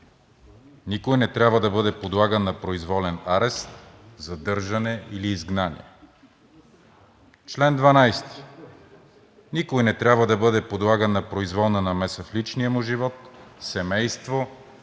Никой не трябва да бъде подлаган на произволен арест, задържане или изгнание. Чл. 12. Никой не трябва да бъде подлаган на произволна намеса в личния му живот, семейство,